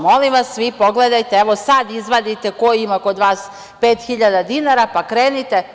Molim vas, vi pogledajte, evo sad izvadite ko ima kod vas 5.000 dinara pa krenite.